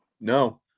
no